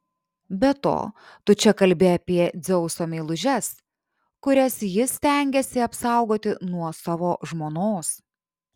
be to tu čia kalbi apie dzeuso meilužes kurias jis stengėsi apsaugoti nuo savo žmonos